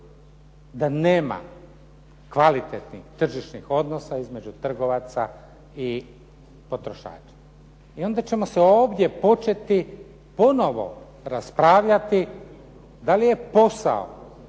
da nema kvalitetnih tržišnih odnosa između trgovaca i potrošača. I onda ćemo se ovdje početi ponovo raspravljati da li je posao